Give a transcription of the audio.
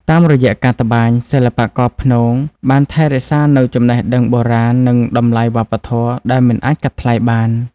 តាមរយៈការត្បាញ សិល្បករព្នងបានថែរក្សានូវចំណេះដឹងបុរាណនិងតម្លៃវប្បធម៌ដែលមិនអាចកាត់ថ្លៃបាន។